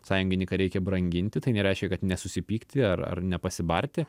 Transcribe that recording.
sąjungininką reikia branginti tai nereiškia kad nesusipykti ar ar nepasibarti